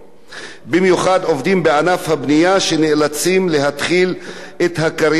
שנאלצים להתחיל את הקריירה המקצועית שלהם בגיל צעיר.